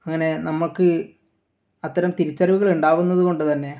അങ്ങനെ നമുക്ക് അത്തരം തിരിച്ചറിവുകൾ ഉണ്ടാകുന്നത് കൊണ്ട് തന്നെ